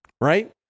Right